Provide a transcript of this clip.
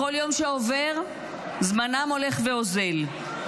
בכל יום שעובר זמנם הולך ואוזל.